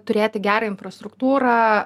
turėti gerą infrastruktūrą